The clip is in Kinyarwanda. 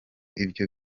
ibyo